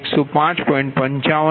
11અને C2105